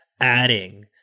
adding